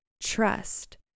Trust